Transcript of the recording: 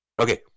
Okay